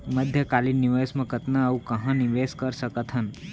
मध्यकालीन निवेश म कतना अऊ कहाँ निवेश कर सकत हन?